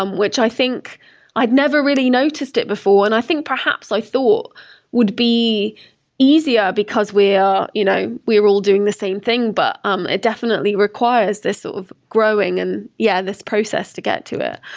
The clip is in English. um which i think i had never really noticed it before. and i think, perhaps, i thought would be easier, because we're you know we're all doing the same thing, but um it definitely requires this sort of growing and yeah this process to get to it.